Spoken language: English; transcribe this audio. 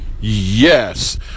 Yes